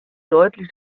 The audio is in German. deutlich